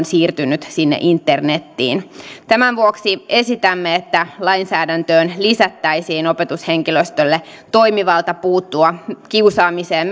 siirtyneet sinne internetiin tämän vuoksi esitämme että lainsäädäntöön lisättäisiin opetushenkilöstölle toimivalta puuttua kiusaamiseen